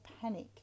panic